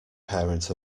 parent